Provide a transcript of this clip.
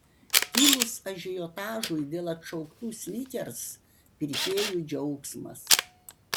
kilus ažiotažui dėl atšauktų snickers pirkėjų džiaugsmas